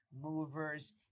Movers